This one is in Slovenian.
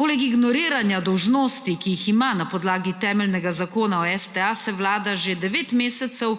Poleg ignoriranja dolžnosti, ki jih ima na podlagi temeljnega zakona o STA, se Vlada že devet mesecev